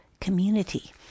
community